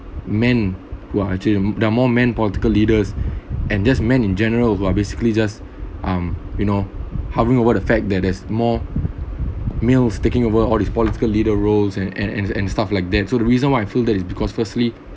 men who are actually there are more men political leaders and just men in general but basically just um you know hovering of what the fact that there's more males taking over all these political leader rolls and and and and stuff like that so the reason why I feel that is because firstly